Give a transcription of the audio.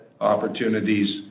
opportunities